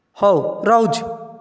ହେଉ ରହୁଛି